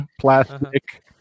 Plastic